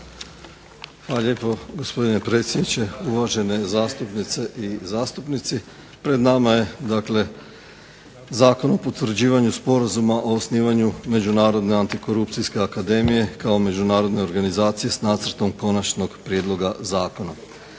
Hvala lijepo gospodine predsjedniče, uvažene zastupnice i zastupnici. Pred nama je, dakle Zakon o potvrđivanju Sporazuma o osnivanju međunarodne antikorupcijske akademije kao međunarodne organizacije s Nacrtom konačnog prijedloga zakona.